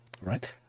right